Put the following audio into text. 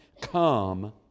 Come